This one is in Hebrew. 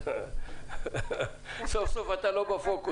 שלום לך, שמעת את הדברים, בבקשה.